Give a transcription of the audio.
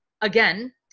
again